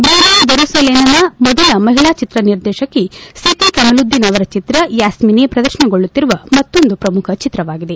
Brunei ದರಸುಲೇನ್ನ ಮೊದಲ ಮಹಿಳಾ ಚಿತ್ರ ನಿರ್ದೇಶಕಿ ಸಿತಿ ಕಮಲುದ್ದೀನ್ ಅವರ ಚಿತ್ರ ಯಾಸ್ಟಿನೆ ಪ್ರದರ್ಶನಗೊಳ್ಳುತ್ತಿರುವ ಮತ್ತೊಂದು ಪ್ರಮುಖ ಚಿತ್ರವಾಗಿದೆ